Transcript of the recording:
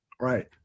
right